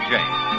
James